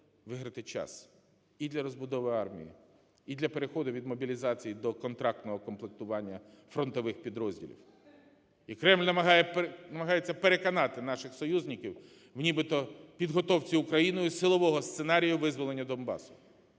виграти час і для розбудови армії, і для переходу від мобілізації до контрактного комплектування фронтових підрозділів. І Кремль намагається переконати наших союзників в нібито підготовці Україною силового сценарію визволення Донбасу.